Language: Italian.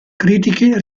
critiche